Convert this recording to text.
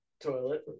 toilet